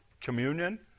communion